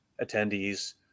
attendees